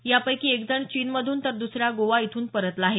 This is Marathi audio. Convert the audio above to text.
यापैकी एकजण चीनमधून तर दुसरा गोवा इथून परतला आहे